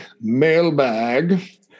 mailbag